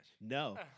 No